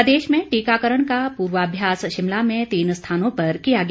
प्रदेश में टीकाकरण का पूर्वाभ्यास शिमला में तीन स्थानों पर किया गया